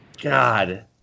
god